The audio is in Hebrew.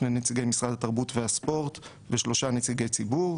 שני נציגי משרד התרבות והספורט ושלושה נציגי ציבור.